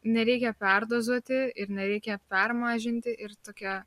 nereikia perdozuoti ir nereikia permažinti ir tokia